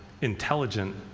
intelligent